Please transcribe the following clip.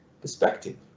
perspective